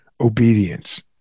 obedience